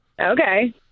Okay